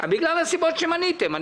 בגלל הסיבות שמניתם,